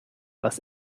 was